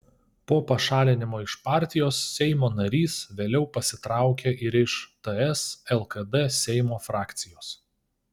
po pašalinimo iš partijos seimo narys vėliau pasitraukė ir iš ts lkd seimo frakcijos